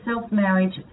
self-marriage